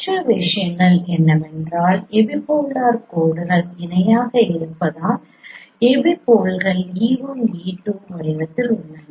மற்ற விஷயம் என்னவென்றால் எபிபோலார் கோடுகள் இணையாக இருப்பதால் எபிபோல்கள் e1 e2 வடிவத்தில் உள்ளன